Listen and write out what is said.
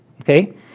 Okay